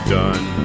done